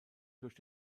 durch